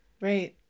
right